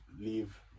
leave